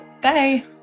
Bye